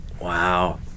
wow